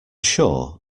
sure